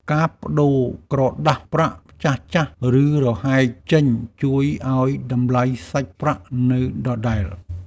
ការប្តូរក្រដាសប្រាក់ចាស់ៗ ឬរហែកចេញ ជួយឱ្យតម្លៃសាច់ប្រាក់នៅដដែល។